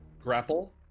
grapple